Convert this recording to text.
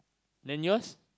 then yours